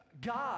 God